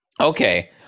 Okay